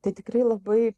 tai tikrai labai